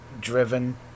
driven